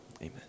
Amen